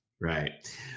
right